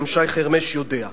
גם שי חרמש יודע.